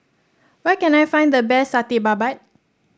where can I find the best Satay Babat